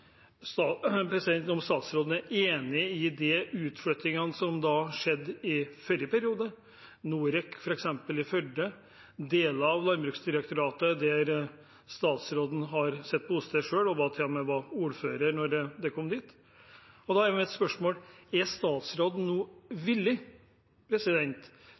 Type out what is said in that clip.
statsråden er enig i de utflyttingene som skjedde i forrige periode, f.eks. Norec til Førde og deler av Landbruksdirektoratet til der statsråden har sitt bosted – og til og med var ordfører da det kom dit. Da er mitt spørsmål: Er statsråden nå